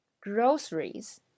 Groceries